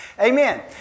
Amen